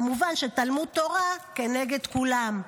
כמובן, תלמוד תורה כנגד כולם.